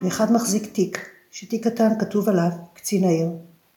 ‫ואחד מחזיק תיק, ‫ש... תיק קטן כתוב עליו, קצין העיר.